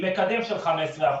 עם מקדם של 15%,